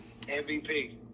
MVP